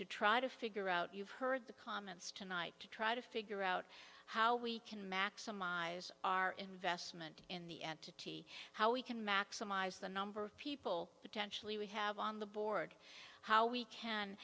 to try to figure out you've heard the comments tonight to try to figure out how we can maximize our investment in the entity how we can maximize the number of people potentially we have on the board how we can